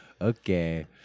Okay